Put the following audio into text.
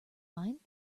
mind